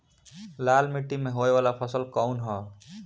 लाल मीट्टी में होए वाला फसल कउन ह?